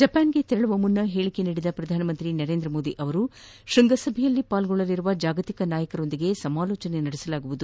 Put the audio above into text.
ಜಪಾನ್ಗೆ ತೆರಳುವ ಮುನ್ನ ಹೇಳಿಕೆ ನೀಡಿರುವ ಪ್ರಧಾನಮಂತ್ರಿ ನರೇಂದ್ರ ಮೋದಿ ಶ್ಯಂಗಸಭೆಯಲ್ಲಿ ಪಾಲ್ಗೊಳ್ಳಲಿರುವ ಜಾಗತಿಕ ನಾಯಕರ ಜತೆ ಸಮಾಲೋಚನೆ ನಡೆಸಲಾಗುವುದು